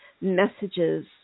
messages